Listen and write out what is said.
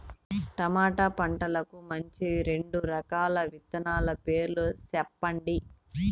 tomato పంటకు మంచి రెండు రకాల విత్తనాల పేర్లు సెప్పండి